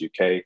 UK